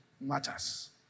matters